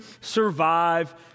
survive